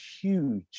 huge